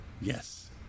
Yes